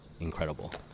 incredible